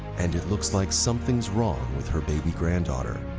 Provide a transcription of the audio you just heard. and it looks like something's wrong with her baby granddaughter.